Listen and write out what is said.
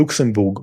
לוקסמבורג,